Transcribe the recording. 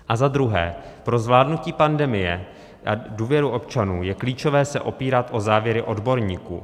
A za druhé, pro zvládnutí pandemie a důvěru občanů je klíčové se opírat o závěry odborníků.